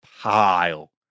pile